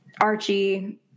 Archie